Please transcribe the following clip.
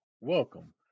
welcome